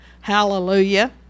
Hallelujah